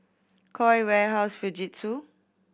Koi Warehouse Fujitsu